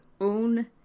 own